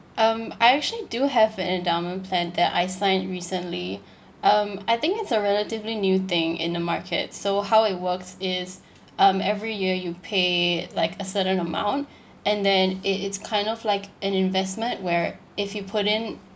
um I actually do have an endowment plan that I signed recently um I think it's a relatively new thing in the market so how it works is um every year you pay like a certain amount and then it it's kind of like an investment where if you put in